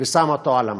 ושמה אותו על המדף.